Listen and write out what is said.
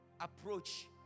approach